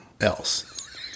else